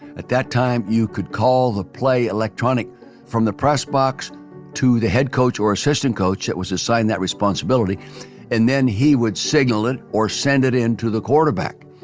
at that time you could call the play electronic from the press box to the head coach or assistant coach that was assigned that responsibility and then he would signal it or send it in to the quarterback.